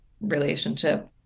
relationship